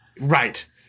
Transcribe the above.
Right